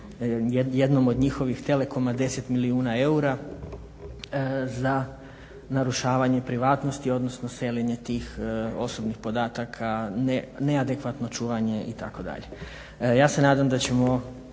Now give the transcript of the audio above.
jednom od njihovih telekoma 10 milijuna eura za narušavanje privatnosti, odnosno seljenje tih osobnih podataka, neadekvatno čuvanje itd. Ja se nadam da ćemo